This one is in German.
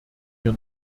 mir